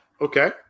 Okay